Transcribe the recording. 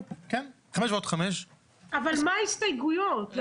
מה ההסתייגויות?